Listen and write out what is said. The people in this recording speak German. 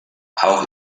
auch